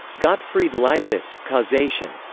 gottfried leibniz causation.